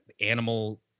animal